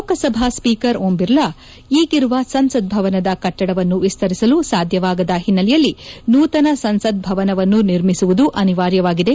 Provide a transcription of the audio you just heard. Lok Sabha speaker Om Birla ಈಗಿರುವ ಸಂಸತ್ ಭವನದ ಕಟ್ಟಡವನ್ನು ವಿಸ್ತರಿಸಲು ಸಾಧ್ಯವಾಗದ ಹಿನ್ನೆಲೆಯಲ್ಲಿ ನೂತನ ಸಂಸತ್ ಭವನವನ್ನು ನಿರ್ಮಿಸುವುದು ಅನಿವಾರ್ಯವಾಗಿದೆ